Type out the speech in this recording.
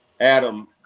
Adam